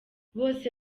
bose